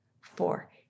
four